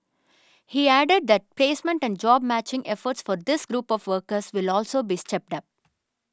he added that placement and job matching efforts for this group of workers will also be stepped up